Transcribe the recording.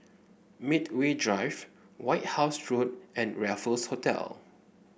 Medway Drive White House Road and Raffles Hotel